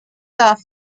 off